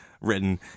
written